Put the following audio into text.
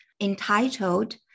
entitled